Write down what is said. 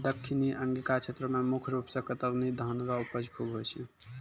दक्खिनी अंगिका क्षेत्र मे मुख रूप से कतरनी धान रो उपज खूब होय छै